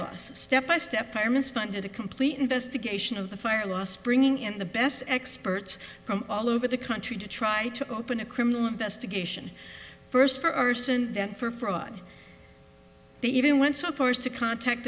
laws step by step fireman's fund a complete investigation of the fire last bringing in the best experts from all over the country to try to open a criminal investigation first for arson for fraud they even went so far as to contact